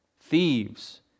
Thieves